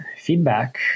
feedback